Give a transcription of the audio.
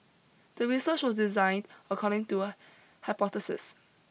the research was designed according to hypothesis